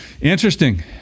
Interesting